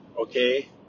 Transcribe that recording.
okay